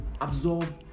absorb